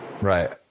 right